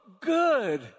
good